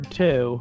two